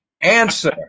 Answer